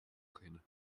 cleaner